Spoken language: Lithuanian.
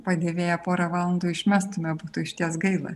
padėvėję porą valandų išmestume būtų išties gaila